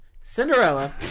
Cinderella